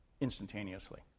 instantaneously